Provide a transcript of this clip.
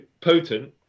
potent